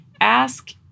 ask